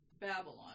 Babylon